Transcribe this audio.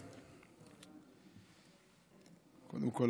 קודם כול,